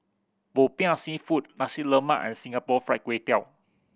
Popiah Seafood Nasi Lemak and Singapore Fried Kway Tiao